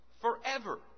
forever